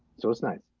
so it's nice.